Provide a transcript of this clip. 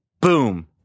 boom